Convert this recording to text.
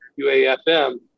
UAFM